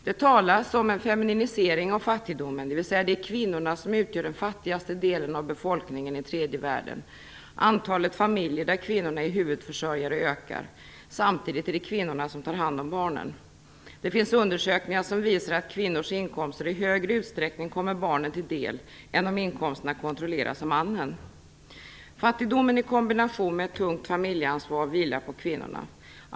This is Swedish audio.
Det talas om en femininisering av fattigdomen, eftersom kvinnorna utgör den fattigaste delen av befolkningen i tredje världen. Antalet familjer där kvinnorna är huvudförsörjare ökar. Samtidigt är det kvinnorna som tar hand om barnen. Det finns undersökningar som visar att kvinnors inkomster i större utsträckning kommer barnen till del än inkomster som kontrolleras av mannen. Fattigdom i kombination med ett tungt familjeansvar vilar på kvinnorna.